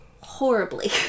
horribly